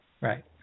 right